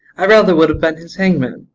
i rather would have been his hangman.